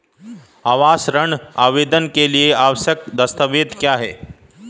आवास ऋण आवेदन के लिए आवश्यक दस्तावेज़ क्या हैं?